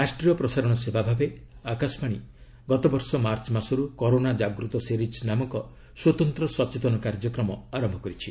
ରାଷ୍ଟ୍ରୀୟ ପ୍ରସାରଣ ସେବା ଭାବେ ଆକାଶବାଣୀ ଗତବର୍ଷ ମାର୍ଚ୍ଚ ମାସରୁ କରୋନା ଜାଗୃତ ସିରିଜ୍ ନାମକ ସ୍ୱତନ୍ତ୍ର ସଚେତନ କାର୍ଯ୍ୟକ୍ରମ ଆରମ୍ଭ କରିଛି